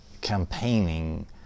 campaigning